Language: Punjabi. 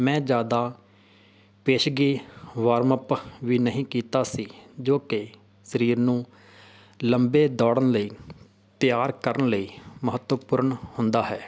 ਮੈਂ ਜ਼ਿਆਦਾ ਪੇਸ਼ਗੀ ਵਾਰਮਅਪ ਵੀ ਨਹੀਂ ਕੀਤਾ ਸੀ ਜੋ ਕਿ ਸਰੀਰ ਨੂੰ ਲੰਬੇ ਦੌੜਨ ਲਈ ਤਿਆਰ ਕਰਨ ਲਈ ਮਹੱਤਵਪੂਰਨ ਹੁੰਦਾ ਹੈ